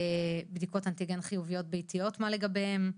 בדיקות אנטיגן חיוביות ביתיות מה לגביהן?